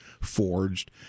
forged